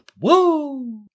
Woo